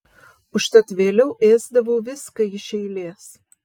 užtat vėliau ėsdavau viską iš eilės